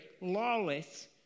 lawless